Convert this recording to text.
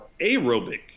aerobic